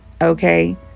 okay